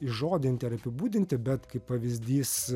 įžodinti ar apibūdinti bet kaip pavyzdys